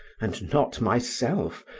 and not myself,